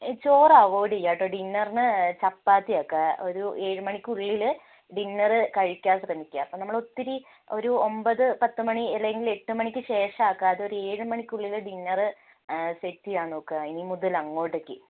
ചോറ് അവോയ്ഡ് ചെയ്യാട്ടോ ഡിന്നറിന് ചപ്പാത്തി ആക്കാ ഒരു ഏഴ് മണിക്കുള്ളിൽ ഡിന്നർ കഴിക്കാൻ ശ്രമിക്കുക അപ്പം നമ്മൾ ഒത്തിരി ഒരു ഒമ്പത് പത്ത് മണി അല്ലെങ്കിൽ എട്ട് മണിക്ക് ശേഷം ആക്കുക അത് ഒരു ഏഴ് മണിക്കുളിൽ ഡിന്നർ സെറ്റ് ചെയ്യാൻ നോക്കുക ഇനി മുതൽ അങ്ങോട്ടേക്ക്